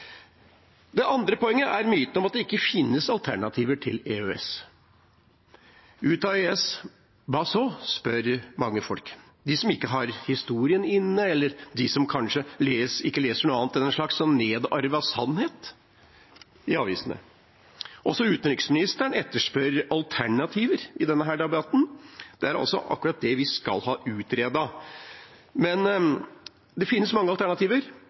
Det andre poenget er myten om at det ikke finnes alternativer til EØS. Ut av EØS, hva så, spør mange folk, de som ikke har historien inne, eller de som kanskje ikke leser noe annet enn en slags nedarvet sannhet i avisene. Også utenriksministeren etterspør alternativer i denne debatten. Det er akkurat det vi skal ha utredet. Det finnes mange alternativer,